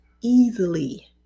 easily